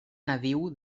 nadiu